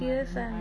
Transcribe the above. fierce one